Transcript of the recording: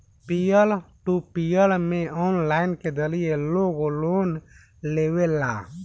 पियर to peer में online के जरिए लोग लोन लेवेला